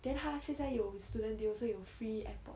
then 它现在有 student deal so 有 free airpod